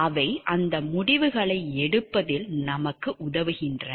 அவை அந்த முடிவுகளை எடுப்பதில் நமக்கு உதவுகின்றன